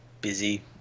busy